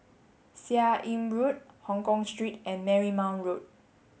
Seah Im Road Hongkong Street and Marymount Road